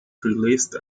released